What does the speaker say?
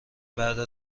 بعد